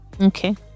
Okay